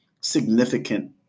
significant